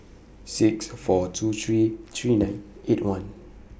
six four two three three nine eight one